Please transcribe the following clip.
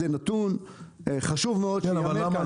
וזה נתון חשוב מאוד -- למה